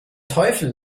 teufel